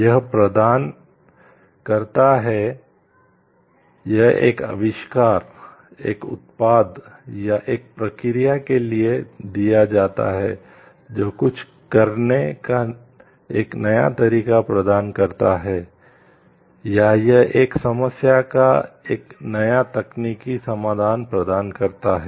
यह प्रदान करता है यह एक आविष्कार एक उत्पाद या एक प्रक्रिया के लिए दिया जाता है जो कुछ करने का एक नया तरीका प्रदान करता है या यह एक समस्या का एक नया तकनीकी समाधान प्रदान करता है